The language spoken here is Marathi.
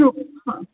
हो हां